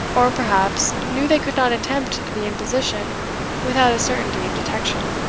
or perhaps knew they could not attempt the imposition without a certainty of detection.